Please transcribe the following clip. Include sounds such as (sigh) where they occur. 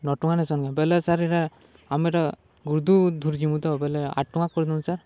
ନଅ ଟଙ୍କା (unintelligible) ବେଲେ ସାର୍ ଏଟା ଆମେ ଏଟା ଗୁରୁଦୁ ଧୁରୁ ଯିମୁୁଁ ତ ବଲେ ଆଠ ଟଙ୍କା କରିଦଉନ୍ ସାର୍